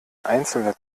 einzelne